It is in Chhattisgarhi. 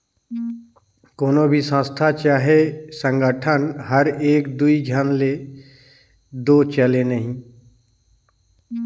कोनो भी संस्था चहे संगठन हर एक दुई झन ले दो चले नई